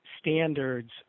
standards